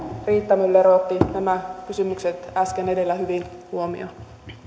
riitta myller otti nämä kysymykset äsken edellä hyvin huomioon